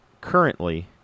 currently